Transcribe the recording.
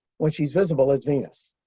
when she's visible, it's venus.